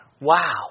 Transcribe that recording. Wow